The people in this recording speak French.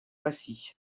passy